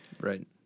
Right